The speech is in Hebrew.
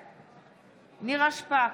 בעד נירה שפק,